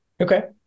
Okay